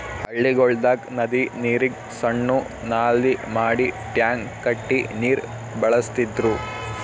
ಹಳ್ಳಿಗೊಳ್ದಾಗ್ ನದಿ ನೀರಿಗ್ ಸಣ್ಣು ನಾಲಿ ಮಾಡಿ ಟ್ಯಾಂಕ್ ಕಟ್ಟಿ ನೀರ್ ಬಳಸ್ತಿದ್ರು